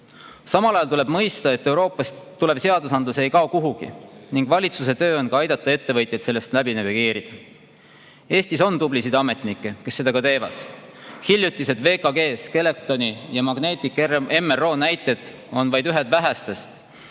Samal ajal tuleb mõista, et Euroopast tulev seadusandlus ei kao kuhugi ning valitsuse töö on ka aidata ettevõtjail sellest läbi navigeerida. Eestis on tublisid ametnikke, kes seda teevad. Hiljutised VKG, Skeletoni ja Magnetic MRO näited on ühed vähestest